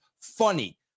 funny